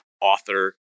author